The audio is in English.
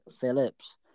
Phillips